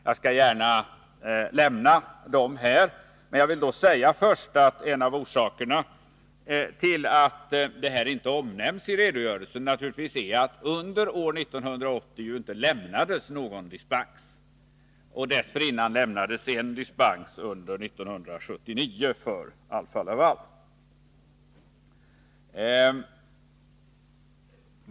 Jag skall gärna lämna dessa uppgifter här, men jag vill först säga, att en av orsakerna till att detta inte omnämnts i redogörelsen är naturligtvis att det under år 1980 inte lämnades någon dispens. Dessförinnan lämnades en dispens under 1979 för Alfa-Laval.